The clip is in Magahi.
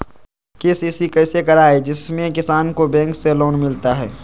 के.सी.सी कैसे कराये जिसमे किसान को बैंक से लोन मिलता है?